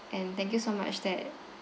and thank you so much that